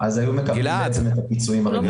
היו מקבלים את הפיצויים הרגילים.